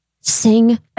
sing